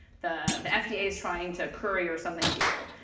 the the fda is trying to courier something to you.